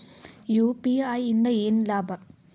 UPI ಇಂದ ಏನ್ ಲಾಭ?